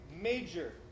Major